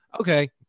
okay